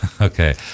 okay